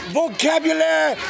vocabulary